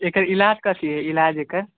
एकर इलाज कथी इलाज एकर